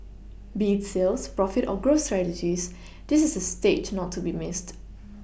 be it sales profit or growth strategies this is a stage not to be Missed